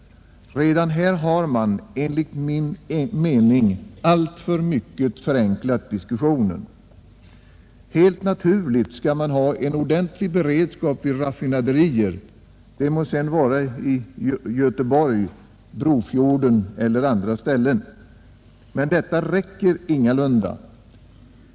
Redan här har man, enligt min mening, alltför mycket förenklat diskussionen. Helt naturligt skall man ha en ordentlig beredskap vid raffinaderier, det må sedan vara i Göteborg, vid Brofjorden eller på andra ställen. Men detta räcker ingalunda.